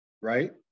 Right